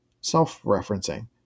self-referencing